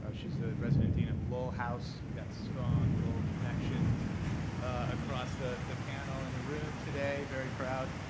ah she's a resident dean at lowell house. we've got strong lowell connections across the the panel in the room today, very proud.